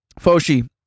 Foshi